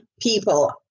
people